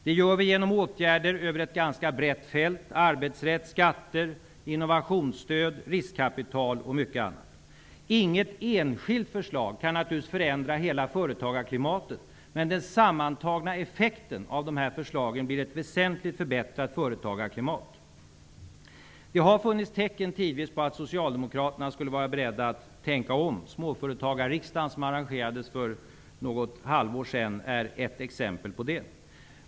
Det gör vi genom åtgärder över ett ganska brett fält: arbetsrätt, skatter, innovationsstöd, riskkapital och mycket annat. Inget enskilt förslag kan naturligtvis förändra hela företagarklimatet, men den sammantagna effekten av förslagen blir ett väsentligt förbättrat företagarklimat. Det har tidvis funnits tecken på att Socialdemokraterna skulle vara beredda att tänka om. Småföretagarriksdagen, som arrangerades för något halvår sedan, är ett exempel på det.